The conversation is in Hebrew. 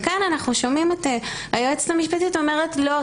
וכאן אנחנו שומעים את היועצת המשפטית אומרת 'לא,